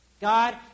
God